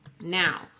now